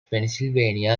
pennsylvania